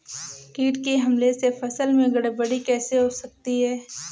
कीट के हमले से फसल में गड़बड़ी कैसे होती है?